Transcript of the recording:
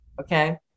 okay